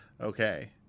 okay